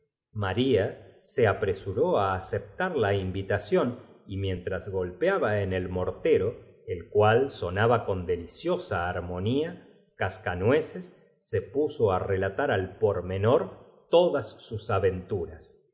maría se apresuró a aceptar la invita has tenido un sueño muy bonito ción y mientras golpeaba en el mortero hija mía pero ahora que ya estás despier el cual sonaba con deliciosa armonla cas ta hay que olvidar todo eso y venir á descanueces se puso á relatar al pormenor ayunarte todas sus aventuras